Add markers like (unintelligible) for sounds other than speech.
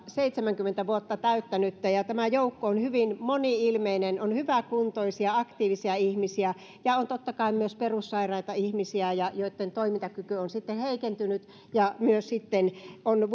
seitsemänkymmentä vuotta täyttäneitä lähes yhdeksänsataatuhatta ja tämä joukko on hyvin moni ilmeinen on hyväkuntoisia aktiivisia ihmisiä ja on totta kai myös perussairaita ihmisiä joitten toimintakyky on heikentynyt ja sitten on (unintelligible)